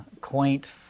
quaint